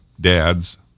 dads